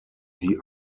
die